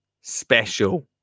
Special